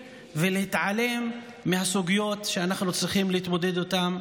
ולהתעלם מהסוגיות שאנחנו צריכים להתמודד איתן,